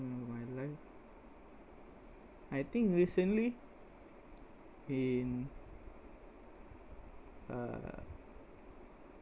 ~ment of my life I think recently in uh